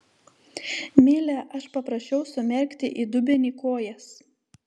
mile aš paprašiau sumerkti į dubenį kojas